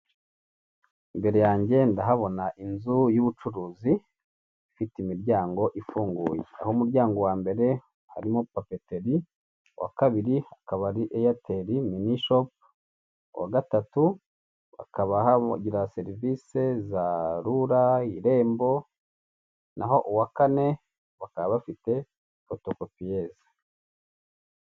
Imbere yanjye ndahabona inzu y'ubucuruzi ifite imiryango ifunguye aho umuryango wa mbere harimo papeteri uwa kabiri akaba ari ayateli minishop, uwa gatatu bakaba hagira serivisi za rura, irembo naho uwa kane bakaba bafite fotokopiyeze